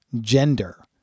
Gender